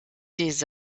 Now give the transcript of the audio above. des